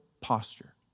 posture